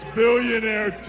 billionaire